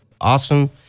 awesome